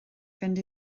fynd